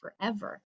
forever